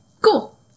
Cool